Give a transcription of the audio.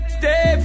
stay